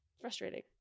Frustrating